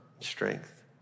strength